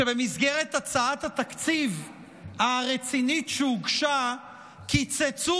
שבמסגרת הצעת התקציב הרצינית שהוגשה קיצצו